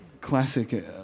classic